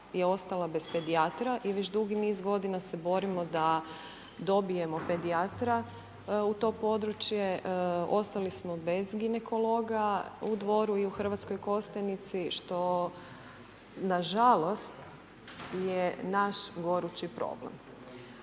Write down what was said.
je ostala bez pedijatra, a već dugi niz godina se borimo da dobijemo pedijatra u to područje, ostali smo bez ginekologa u Dvoru i u Hrvatskoj Kostajnici što nažalost je naš gorući problem.